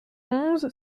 onze